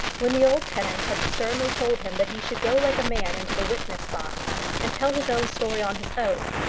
when the old tenant had sternly told him that he should go like a man into the witness-box and tell his own story on his oath,